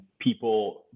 people